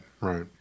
Right